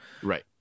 Right